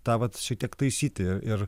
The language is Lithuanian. tą vat šiek tiek taisyti ir